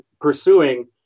pursuing